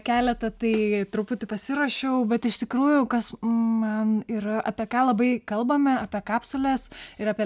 keletą tai truputį pasirašiau bet iš tikrųjų kas man yra apie ką labai kalbame apie kapsules ir apie